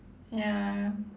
ya